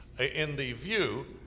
in the view